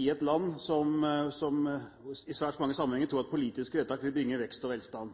i et land som i svært mange sammenhenger tror at politiske vedtak vil bringe vekst og velstand.